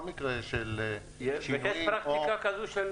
יש פרקטיקה כזאת של